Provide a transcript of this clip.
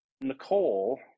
Nicole